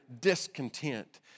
discontent